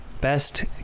best